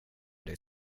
det